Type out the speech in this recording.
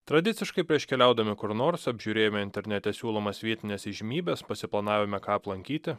tradiciškai prieš keliaudami kur nors apžiūrėjome internete siūlomas vietines įžymybes pasiplanavome ką aplankyti